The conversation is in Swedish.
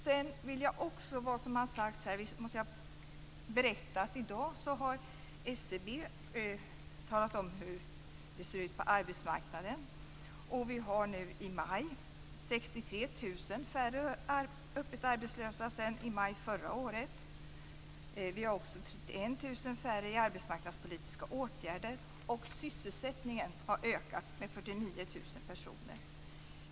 Mot bakgrund av vad som har sagts här måste jag berätta att SCB i dag har talat om hur det ser ut på arbetsmarknaden. I maj var 63 000 färre öppet arbetslösa än i maj förra året. 31 000 färre deltar i arbetsmarknadspolitiska åtgärder. Sysselsättningen har ökat med 49 000 personer.